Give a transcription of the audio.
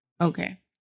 Okay